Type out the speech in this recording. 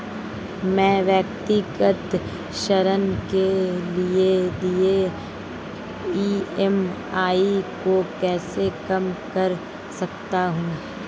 मैं व्यक्तिगत ऋण के लिए देय ई.एम.आई को कैसे कम कर सकता हूँ?